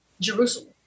Jerusalem